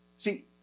See